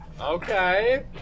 Okay